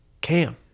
Cam